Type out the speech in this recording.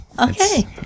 Okay